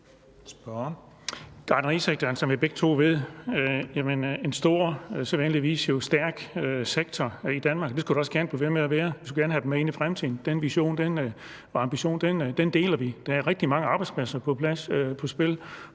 Gartnerisektoren er, som vi begge to ved, en stor og sædvanligvis jo stærk sektor i Danmark, og det skulle den også gerne blive ved med at være. Vi skulle gerne have dem med ind i fremtiden. Den vision og ambition deler vi. Der er rigtig mange arbejdspladser på spil,